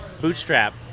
Bootstrap